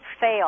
fail